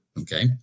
Okay